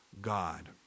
God